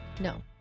No